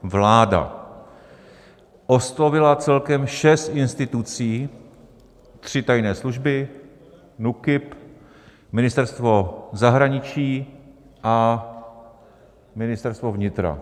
Vláda oslovila celkem šest institucí tři tajné služby, NÚKIP, Ministerstvo zahraničí a Ministerstvo vnitra.